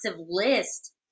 list